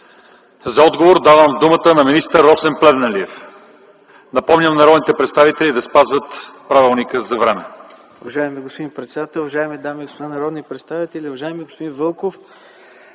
За отговор давам думата на министър Росен Плевнелиев. Напомням на народните представители да спазват времето